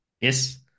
Yes